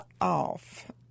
off